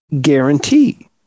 guarantee